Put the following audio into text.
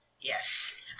Yes